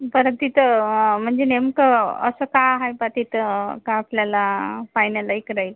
बरं तिथं म्हणजे नेमकं असं का आहे का तिथं का आपल्याला पाहण्यालायक राहील